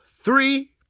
three